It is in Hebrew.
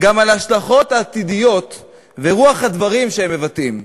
גם על ההשלכות העתידיות ורוח הדברים שהם מבטאים.